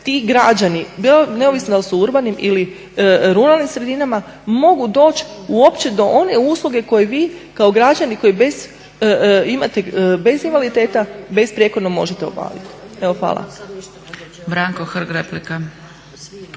ti građani bilo neovisno da li su u urbanim ili ruralnim sredinama mogu doći uopće do one usluge koju vi kao građani koji bez, imate bez invaliditeta, besprijekorno možete obaviti. Evo hvala.